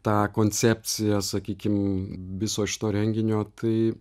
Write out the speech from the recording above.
tą koncepciją sakykim viso šito renginio tai